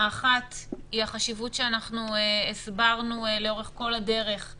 האחת היא החשיבות שאנחנו הסברנו לאורך כל הדרך של